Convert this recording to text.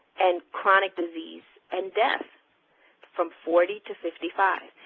and chronic disease and death from forty to fifty five.